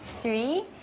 three